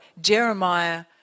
Jeremiah